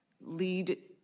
lead